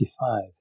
1955